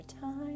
time